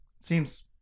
Seems